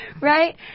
Right